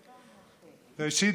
ראשית,